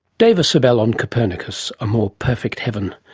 dava sobel on copernicus, a more perfect heaven,